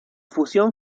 fusión